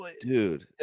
dude